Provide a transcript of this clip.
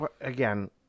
again